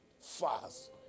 fast